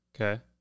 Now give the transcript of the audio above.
okay